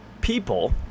people